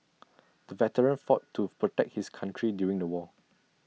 the veteran fought to protect his country during the war